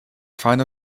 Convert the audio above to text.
final